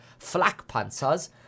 flakpanzers